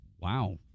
wow